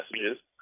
messages